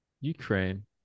Ukraine